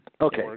Okay